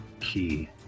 Key